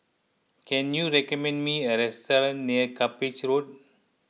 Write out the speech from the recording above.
can you recommend me a restaurant near Cuppage Road